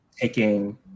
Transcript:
taking